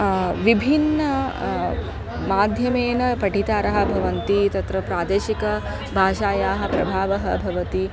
विभिन्न माध्यमेन पठितारः भवन्ति तत्र प्रादेशिक भाषायाः प्रभावः भवति